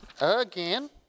again